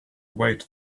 wait